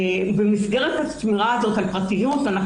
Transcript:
במסגרת השמירה הזאת על פרטיות אנחנו